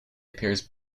appears